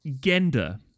Gender